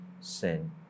sin